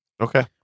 Okay